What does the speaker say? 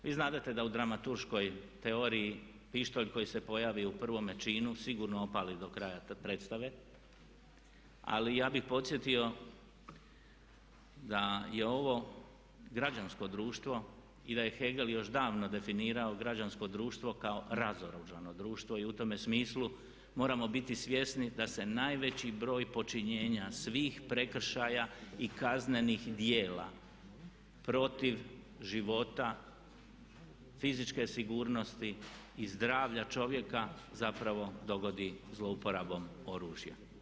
Vi znadete da u dramaturškoj teoriji pištolj koji se pojavi u prvome činu sigurno opali do kraja predstave, ali ja bih podsjetio da je ovo građansko društvo i da je Hegel još davno definirao građansko društvo kao razoružano društvo i u tome smislu moramo biti svjesni da se najveći broj počinjenja svih prekršaja i kaznenih djela protiv života, fizičke sigurnosti i zdravlja čovjeka zapravo dogodi zlouporabom oružja.